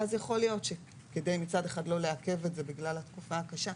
ואז יכול להיות שכדי מצד אחד לא לעכב את זה בגלל התקופה הקשה,